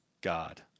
God